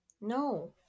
No